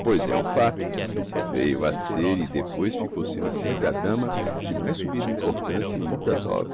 pois é um facto veiu a ser e depois ficou sendo sempre a dama de mais subida importancia em mordassov